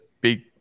big